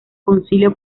concilio